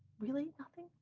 really, nothing